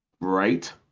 Right